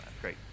Great